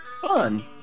Fun